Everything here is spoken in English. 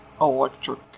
Electric